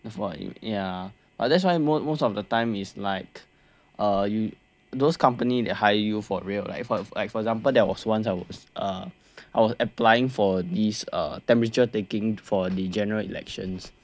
that's why ya ah that's why most most of the time is like uh you those companies that hire you for real like for like for example there was once I was uh I was applying for this uh temperature taking for the general elections